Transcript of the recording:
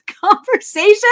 conversation